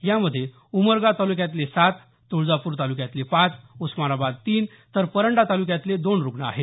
यामध्ये उमरगा तालुक्यातले सात तुळजापूर तालुक्यातले पाच उस्मानाबाद तीन तर परंडा तालुक्यातले दोन रुग्ण आहेत